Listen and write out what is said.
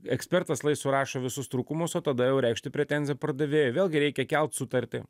ekspertas lai surašo visus trūkumus o tada jau reikšti pretenziją pardavėjui vėlgi reikia kelt sutartį